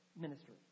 ministry